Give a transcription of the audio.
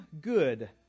good